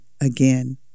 again